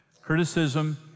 Criticism